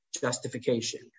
justification